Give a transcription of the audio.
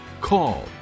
call